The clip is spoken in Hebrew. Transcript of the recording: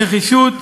בנחישות,